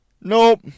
nope